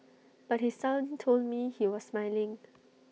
but his son told me he was smiling